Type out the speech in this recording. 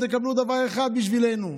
תקבלו דבר אחד בשבילנו.